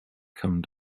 come